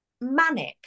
manic